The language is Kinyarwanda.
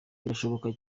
birashoboka